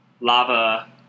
Lava